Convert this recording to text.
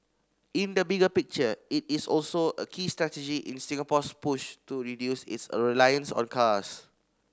in the bigger picture it is also a key strategy in Singapore's push to reduce its a reliance on cars